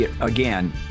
again